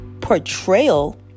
portrayal